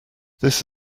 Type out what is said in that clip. this